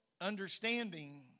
understanding